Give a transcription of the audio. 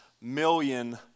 million